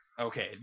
Okay